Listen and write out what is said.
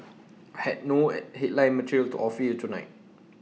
I have no headline material to offer you tonight